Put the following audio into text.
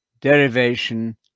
derivation